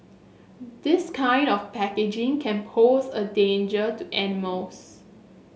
this kind of packaging can pose a danger to animals